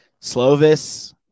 slovis